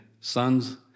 sons